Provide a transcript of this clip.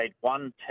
one